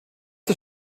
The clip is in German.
der